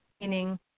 meaning